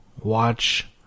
watch